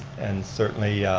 and certainly,